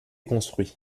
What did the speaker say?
construits